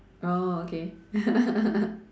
oh okay